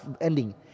ending